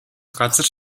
газар